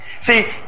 See